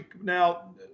now